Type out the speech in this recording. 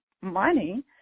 money